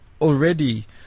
already